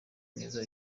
neza